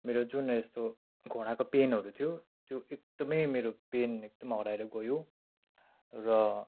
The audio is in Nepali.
मेरो जुन यस्तो घोडाको पेनहरू थियो त्यो एकदमै मेरो पेन एकदमै हराएर गयो र